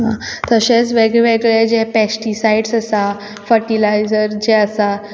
तशेंच वेगवेगळे जें पेस्टिसायड आसा फर्टिलायजर जे आसा